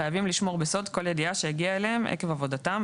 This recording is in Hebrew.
חייבים לשמור בסוד כל ידיעה שהגיעה אליהם עקב עבודתם,